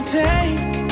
take